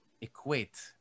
equate